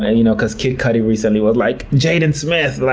and you know because kid cudi recently was like, jaden smith